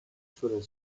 suelen